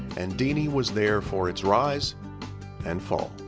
and deanie was there for its rise and fall.